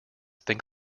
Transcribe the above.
think